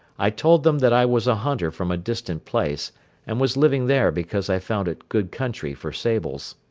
i told them that i was a hunter from a distant place and was living there because i found it good country for sables.